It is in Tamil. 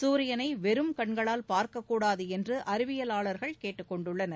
சூரியனை வெறும் கண்களால் பார்க்கக்கூடாது என்று அறிவியலாளர்கள் கேட்டுக் கொண்டுள்ளனர்